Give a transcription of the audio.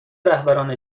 رهبران